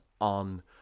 on